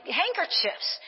handkerchiefs